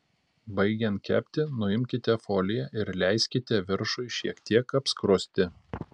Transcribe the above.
baigiant kepti nuimkite foliją ir leiskite viršui šiek tiek apskrusti